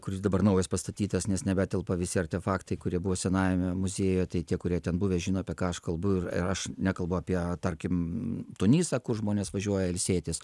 kuris dabar naujas pastatytas nes nebetelpa visi artefaktai kurie buvo senajame muziejuje tai tie kurie ten buvę žino apie ką aš kalbu ir aš nekalbu apie tarkim tunisą kur žmonės važiuoja ilsėtis